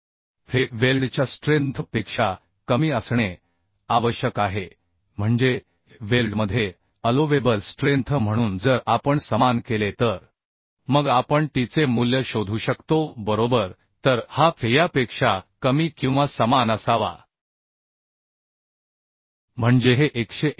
fe वेल्डच्या strength पेक्षा कमी असणे आवश्यक आहे म्हणजे वेल्डमध्ये अलोवेबल स्ट्रेंथ म्हणून जर आपण समान केले तर मग आपण tचे मूल्य शोधू शकतो बरोबर तर हा fe या पेक्षा कमी किंवा समान असावा म्हणजे हे 189